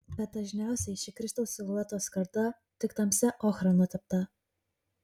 bet dažniausiai ši kristaus silueto skarda tik tamsia ochra nutepta